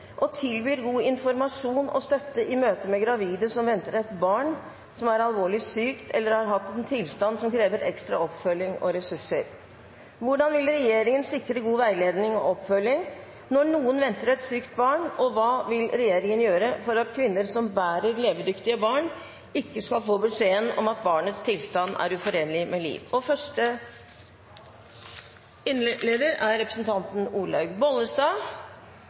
og oppfølging når noen venter et sykt barn, og hva vil regjeringen gjøre for at kvinner som bærer levedyktige barn, ikke skal få beskjeden om at barnets tilstand er uforenlig med liv? Jeg vil først få takke interpellanten for å reise en viktig diskusjon og for det arbeidet som er